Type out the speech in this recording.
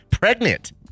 pregnant